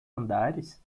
andares